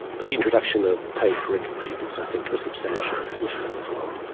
but the introduction of paid parental leave is, i think, a substantial reform as well.